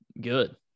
good